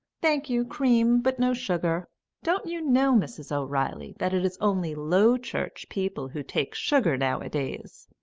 thank you, cream but no sugar don't you know, mrs. o'reilly, that it is only low-church people who take sugar nowadays?